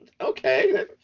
okay